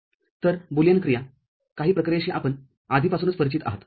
y तरबुलियन क्रियाकाही प्रक्रियेशी आपण आधी पासूनच परिचित आहात